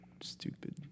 stupid